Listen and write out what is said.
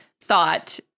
thought